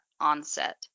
onset